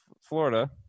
Florida